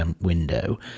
window